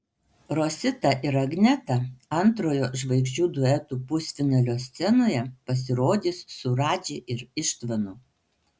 rosita ir agneta antrojo žvaigždžių duetų pusfinalio scenoje pasirodys su radži ir ištvanu